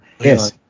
Yes